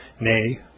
nay